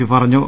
P പ റഞ്ഞു